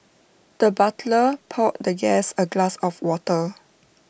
the butler poured the guest A glass of water